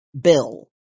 bill